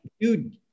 dude